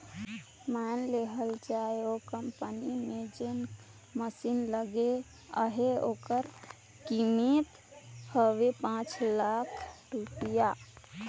माएन लेहल जाए ओ कंपनी में जेन मसीन लगे ले अहे ओकर कीमेत हवे पाच लाख रूपिया